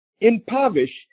impoverished